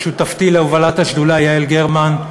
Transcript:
לשותפתי להובלת השדולה יעל גרמן,